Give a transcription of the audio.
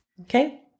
Okay